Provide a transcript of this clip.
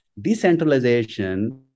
decentralization